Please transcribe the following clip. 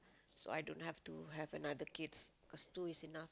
so I don't have to have another kids cause two is enough